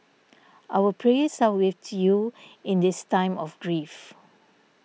our prayers are with you in this time of grief